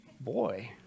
Boy